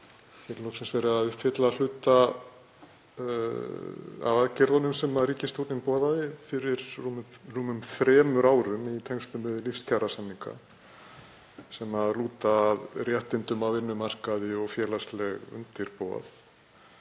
að uppfylla hluta af aðgerðunum sem ríkisstjórnin boðaði fyrir rúmum þremur árum í tengslum við lífskjarasamninga sem lúta að réttindum á vinnumarkaði og félagslegu undirboði.